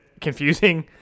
confusing